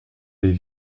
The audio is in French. les